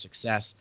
success